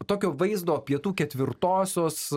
tokio vaizdo pietų ketvirtosios